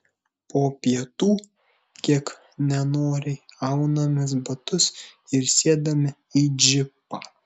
po pietų kiek nenoriai aunamės batus ir sėdame į džipą